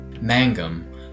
Mangum